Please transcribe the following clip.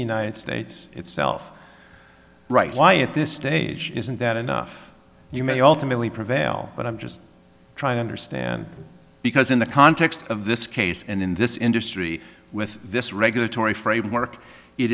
the united states itself right why at this stage isn't that enough you may ultimately prevail but i'm just trying to understand because in the context of this case and in this industry with this regulatory framework